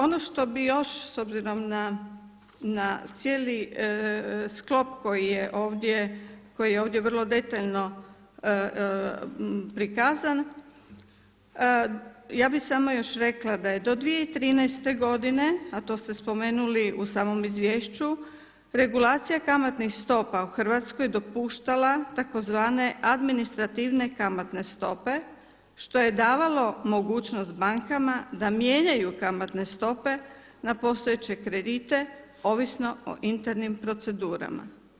Ono što bi još s obzirom na cijeli sklop koji je ovdje vrlo detaljno prikazan, ja bi samo još rekla da je do 2013. godine, a to ste spomenuli u samom izvješću regulacija kamatnih stopa u Hrvatskoj dopuštala tzv. administrativne kamatne stope što je davalo mogućnost bankama da mijenjaju kamatne stope na postojeće kredite ovisno o internim procedurama.